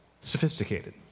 sophisticated